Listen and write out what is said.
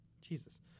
Jesus